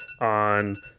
on